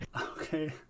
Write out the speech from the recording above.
Okay